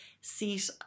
seat